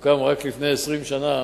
הוא הוקם רק לפני 20 שנה,